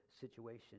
situation